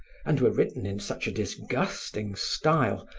and were written in such a disgusting style,